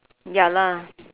ya lah